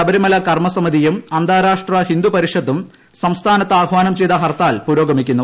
ശബരിമല കർമ്മസമിതിയും അന്താരാഷ്ട്ര ഹിന്ദു പരിഷത്തും സംസ്ഥാനത്ത് ആഹാനം ചെയ്ത ഹർത്താൽ പുരോഗമിക്കുന്നു